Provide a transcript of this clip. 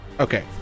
Okay